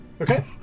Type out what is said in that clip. Okay